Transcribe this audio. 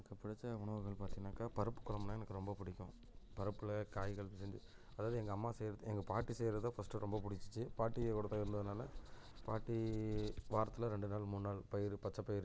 எனக்கு பிடிச்ச உணவுகள் பார்த்திங்கன்னாக்கா பருப்பு குழம்புனா எனக்கு ரொம்ப பிடிக்கும் பருப்பில் காய்கள் மிதந்து அதாவது எங்கள் அம்மா செய்கிறது எங்கள் பாட்டி செய்கிறது ஃபஸ்ட்டு ரொம்ப பிடிச்சிச்சு பாட்டிக்கூட இருந்ததுனால் பாட்டி வாரத்தில் ரெண்டு நாள் மூணு நாள் பயிறு பச்சைப் பயிறு